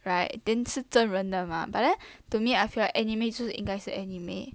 right then 是真人的嘛 but then to me I feel like anime 就是应该是 anime